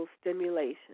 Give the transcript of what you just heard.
stimulation